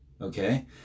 okay